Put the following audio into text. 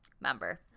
member